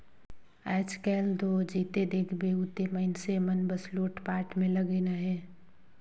आएज काएल दो जिते देखबे उते मइनसे मन बस लूटपाट में लगिन अहे